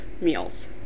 meals